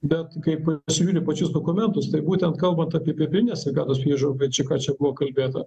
bet kaip pasižiūri pačius dokumentus tai būtent kalbant apie pirminę sveikatos priežiūrą apie ką čia buvo kalbėta